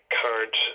current